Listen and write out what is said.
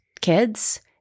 kids